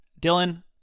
Dylan